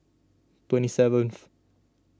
twenty seventh